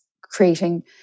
creating